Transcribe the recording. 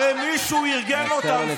הרי מישהו ארגן אותם.